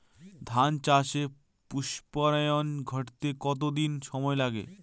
ধান চাষে পুস্পায়ন ঘটতে কতো দিন সময় লাগে?